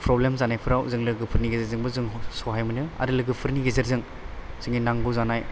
problem जानायफ्राव जों लोगोफोरनि गेजेरजोंबो जोंं सहाय मोनो आरो लोगोफोरनि गेजेरजों जोंनि नांगौ जानाय